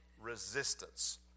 resistance